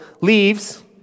leaves